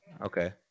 Okay